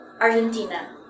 Argentina